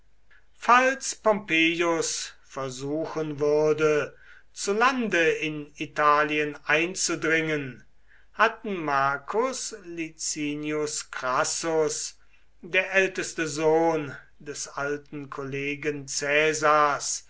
falls pompeius versuchen würde zu lande in italien einzudringen hatten marcus licinius crassus der älteste sohn des alten kollegen